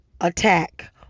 attack